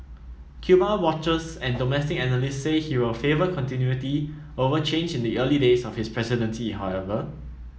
Cuba watchers and domestic analysts say he will favour continuity over change in the early days of his presidency however